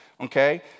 okay